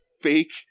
fake